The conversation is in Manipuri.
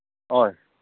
ꯍꯣꯏ